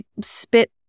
spit